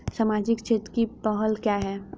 सामाजिक क्षेत्र की पहल क्या हैं?